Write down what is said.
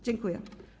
Dziękuję.